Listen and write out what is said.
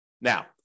Now